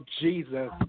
Jesus